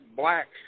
black